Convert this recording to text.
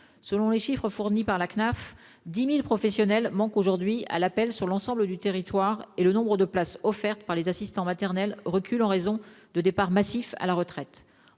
des allocations familiales (Cnaf), 10 000 professionnels manquent aujourd'hui à l'appel sur l'ensemble du territoire et le nombre de places offertes par les assistants maternels recule en raison de départs massifs à la retraite.